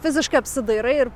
fiziškai apsidairai ir